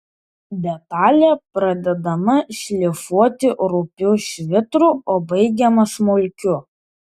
detalė pradedama šlifuoti rupiu švitru o baigiama smulkiu